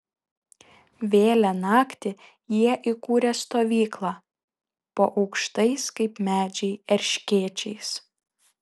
vėlią naktį jie įkūrė stovyklą po aukštais kaip medžiai erškėčiais